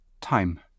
Time